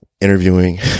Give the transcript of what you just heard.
interviewing